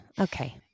Okay